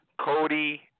Cody